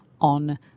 on